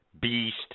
Beast